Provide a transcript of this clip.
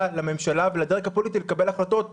לממשלה ולדרג הפוליטי לקבל החלטות תומכות.